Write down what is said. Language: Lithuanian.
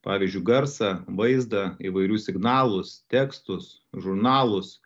pavyzdžiui garsą vaizdą įvairius signalus tekstus žurnalus